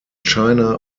china